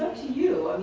to you.